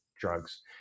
drugs